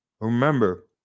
Remember